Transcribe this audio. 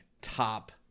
top